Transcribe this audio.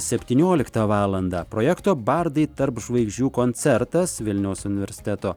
septynioliktą valandą projekto bardai tarp žvaigždžių koncertas vilniaus universiteto